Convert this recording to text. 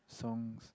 songs